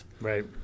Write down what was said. Right